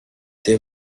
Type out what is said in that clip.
they